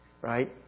right